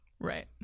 Right